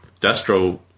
Destro